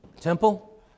temple